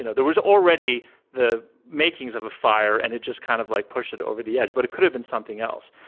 you know there was already the makings of a fire. and it just kind of like pushed it over the edge. but it could have been something else.